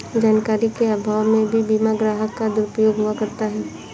जानकारी के अभाव में भी बीमा ग्राहक का दुरुपयोग हुआ करता है